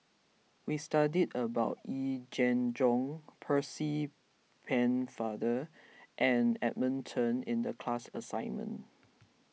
we studied about Yee Jenn Jong Percy Pennefather and Edmund Chen in the class assignment